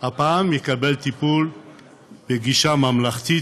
הפעם יקבל טיפול בגישה ממלכתית,